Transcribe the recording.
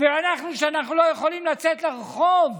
אנחנו, שאנחנו לא יכולים לצאת לרחוב?